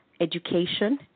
education